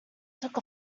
took